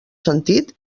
sentit